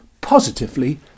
positively